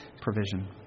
provision